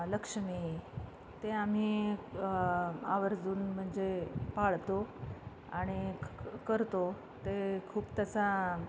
लक्ष्मी ते आम्ही आवर्जून म्हणजे पाळतो आणि क क करतो ते खूप तसा